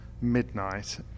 Midnight